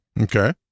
Okay